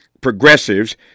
progressives